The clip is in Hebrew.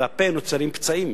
בפה נוצרים פצעים.